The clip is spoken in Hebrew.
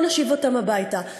בואו נשיב אותם הביתה,